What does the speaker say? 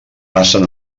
passen